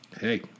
Hey